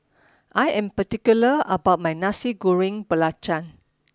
I am particular about my Nasi Goreng Belacan